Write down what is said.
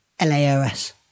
LAOS